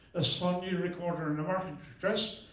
a sony recorder in a marquetry chest,